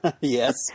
Yes